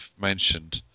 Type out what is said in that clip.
mentioned